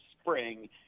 spring